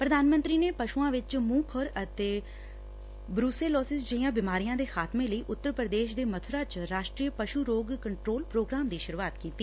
ਪ੍ਧਾਨ ਮੰਤਰੀ ਨੇ ਪਸੂਆਂ ਚ ਮੂੰਹ ਖੁਰ ਅਤੇ ਬਰਸੇ ਲੋਸਿਸ ਜਿਹੀਆਂ ਬਿਮਾਰੀਆਂ ਦੇ ਖਾਤਮੇ ਲਈ ਉਤਰ ਪ੍ਰਦੇਸ਼ ਦੇ ਮਥੁਰਾ ਚ ਰਾਸ਼ਟਰੀ ਪਸੂ ਰੋਗ ਕੰਟਰੋਲ ਪ੍ਰੋਗਰਾਮ ਦੀ ਸੁਰੂਆਤ ਕੀਤੀ